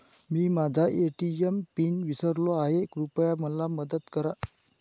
मी माझा ATM PIN विसरलो आहे, कृपया मला मदत करा